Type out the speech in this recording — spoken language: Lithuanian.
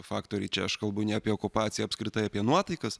faktoriai čia aš kalbu ne apie okupaciją apskritai apie nuotaikas